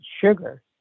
sugar